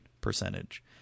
percentage